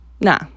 Nah